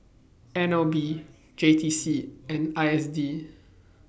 N L B J T C and I S D